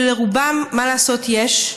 ולרובם, מה לעשות, יש,